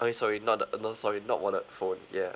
I mean sorry not the uh no sorry not wallet phone yeah